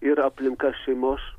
ir aplinka šeimos